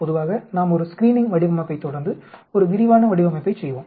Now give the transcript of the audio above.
பொதுவாக நாம் ஒரு ஸ்கிரீனிங் வடிவமைப்பைத் தொடர்ந்து ஒரு விரிவான வடிவமைப்பைச் செய்வோம்